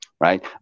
Right